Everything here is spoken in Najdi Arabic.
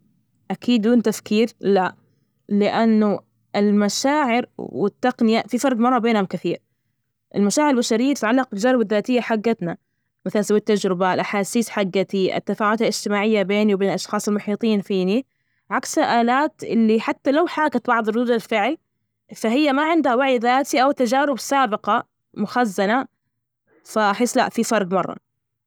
أكيد بدون تفكير، لا، لأنه المشاعر والتقنية في فرق مرة بينهم كثير المشاعر البشرية تتعلق بالتجارب الذاتية حجتنا، مثلا سويت تجربة الأحاسيس، حجتي التفاعلات الاجتماعية بيني وبين الأشخاص المحيطين فيني، عكس الآلات اللي حتى لو حاكت بعض ردود الفعل فهي ما عندها وعي ذاتي أو تجارب سابقة مخزنة، فحيص لأ، فيه فرق مرة.